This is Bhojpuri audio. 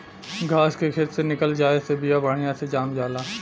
घास के खेत से निकल जाये से बिया बढ़िया से जाम जाला